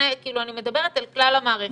אני מדברת אל כלל המערכת,